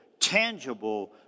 tangible